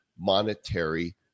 monetary